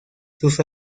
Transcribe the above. sus